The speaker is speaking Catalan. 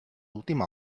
última